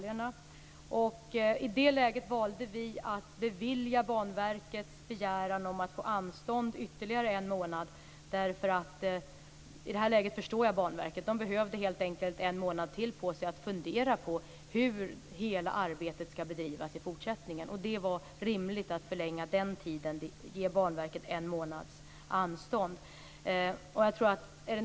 I det läget valde vi att bevilja I det läget förstår jag att Banverket behövde en månad till på sig för att fundera över hur arbetet skall bedrivas i fortsättningen. Det var rimligt att förlänga den tiden, att ge Banverket en månads anstånd.